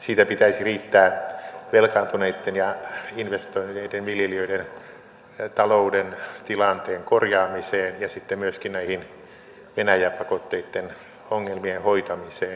siitä pitäisi riittää velkaantuneitten ja investoineiden viljelijöiden talouden tilanteen korjaamiseen ja sitten myöskin näiden venäjä pakotteitten ongelmien hoitamiseen